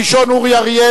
הראשון, אורי אריאל.